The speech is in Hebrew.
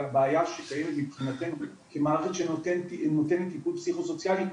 הבעיה שקיימת מבחינתנו כמערכת שנותנת טיפול פסיכו-סוציאלי,